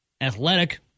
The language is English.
athletic